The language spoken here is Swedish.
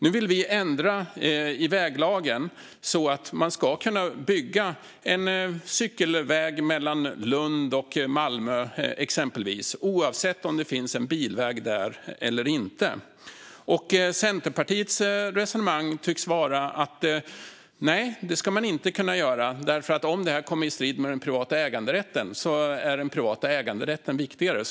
Nu vill vi ändra i väglagen så att man ska kunna bygga en cykelväg mellan exempelvis Lund och Malmö, oavsett om det finns en bilväg där eller inte. Centerpartiets resonemang tycks vara att man inte ska kunna göra det, därför att om detta kommer i strid med den privata äganderätten är den privata äganderätten viktigare.